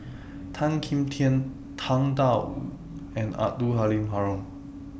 Tan Kim Tian Tang DA Wu and Abdul Halim Haron